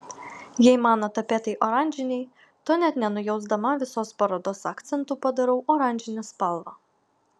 jei mano tapetai oranžiniai to net nenujausdama visos parodos akcentu padarau oranžinę spalvą